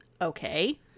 Okay